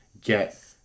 get